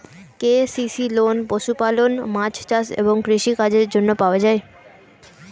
KCC loan পশুপালন, মাছ চাষ এবং কৃষি কাজের জন্য পাওয়া যায়